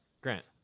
Grant